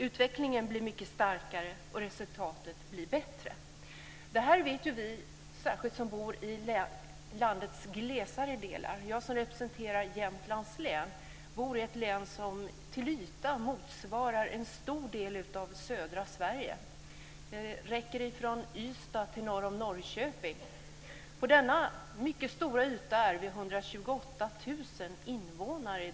Utvecklingen blir mycket starkare och resultatet blir bättre. Det vet särskilt vi som bor i landets glesare befolkade delar. Jag som representerar Jämtlands län bor i ett län som till ytan motsvarar en stor del av södra Sverige - från Ystad till norr om Norrköping. På denna mycket stora yta är vi i dag 128 000 invånare.